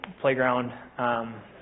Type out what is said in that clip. playground